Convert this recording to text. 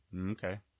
Okay